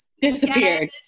disappeared